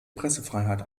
pressefreiheit